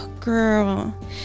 Girl